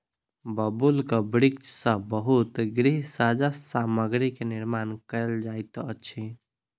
बबूलक वृक्ष सॅ बहुत गृह सज्जा सामग्री के निर्माण कयल जाइत अछि